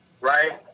right